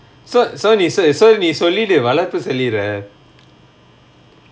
so so நீ:nee so சொல் நீ சொல்லிடு வளர்ப்பு சொல்லிற:sol nee sollidu valarpu sollira